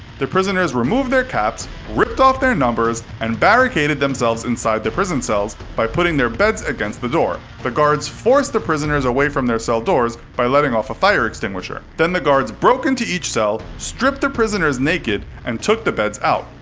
the prisoners removed their caps, ripped off their numbers, and barricaded themselves inside the prison cells by putting their beds against the door. the guards forced the prisoners away from their cell doors by letting off a fire extinguisher. then the guards broke into each cell, stripped the prisoners naked and took the beds out.